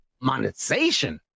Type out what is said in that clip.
Monetization